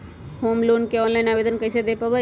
Home loan के online आवेदन कैसे दें पवई?